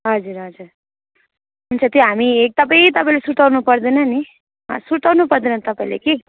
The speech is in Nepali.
हजुर हजुर हुन्छ त्यो हामी एकदमै तपाईँले सुर्ताउनु पर्दैन नि सुर्ताउनु पर्दैन तपाईँले कि